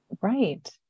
Right